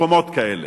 מקומות כאלה.